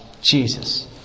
Jesus